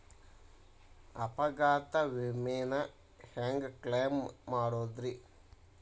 ಅಪಘಾತ ವಿಮೆನ ಹ್ಯಾಂಗ್ ಕ್ಲೈಂ ಮಾಡೋದ್ರಿ?